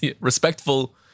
Respectful